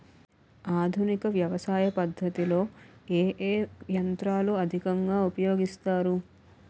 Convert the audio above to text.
ఆధునిక వ్యవసయ పద్ధతిలో ఏ ఏ యంత్రాలు అధికంగా ఉపయోగిస్తారు?